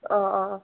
অঁ অঁ অঁ